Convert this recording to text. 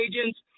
agents